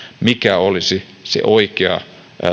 mikä olisi se oikea